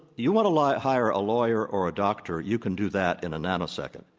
you want to like hire a lawyer or a doctor you can do that in a nanosecond.